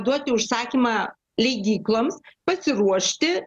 duoti užsakymą leidykloms pasiruošti